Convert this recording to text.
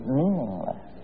meaningless